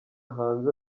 hanze